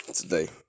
today